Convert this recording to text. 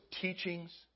teachings